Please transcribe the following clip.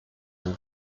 and